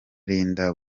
linda